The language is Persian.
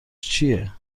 چیه